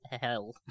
hell